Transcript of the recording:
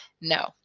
No